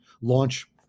launch